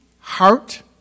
heart